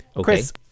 Chris